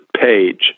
page